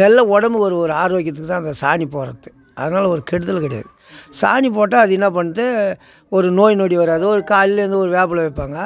நல்லா உடம்பு ஒரு ஒரு ஆரோக்கியத்துக்கு தான் அந்த சாணி போடுறது அதனால ஒரு கெடுதலும் கிடையாது சாணி போட்டால் அது என்ன பண்ணுது ஒரு நோய் நொடி வராது ஒரு காலைல எழுந்து ஒரு வேப்பிலையை வைப்பாங்க